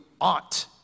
ought